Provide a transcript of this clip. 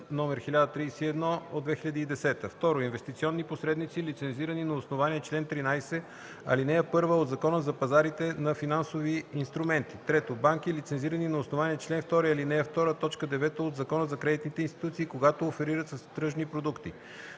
№ 1031/2010; 2. инвестиционни посредници, лицензирани на основание чл. 13, ал. 1 от Закона за пазарите на финансови инструменти; 3. банки, лицензирани на основание чл. 2, ал. 2, т. 9 от Закона за кредитните институции, когато оферират с тръжни продукти;